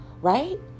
right